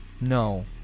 No